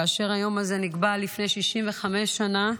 אותו, כאשר היום הזה נקבע לפני 65 שנה,